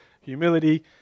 humility